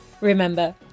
Remember